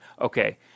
okay